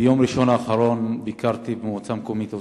ביום ראשון האחרון ביקרתי במועצה המקומית עוספיא.